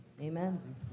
Amen